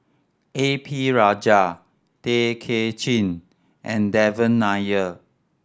A P Rajah Tay Kay Chin and Devan Nair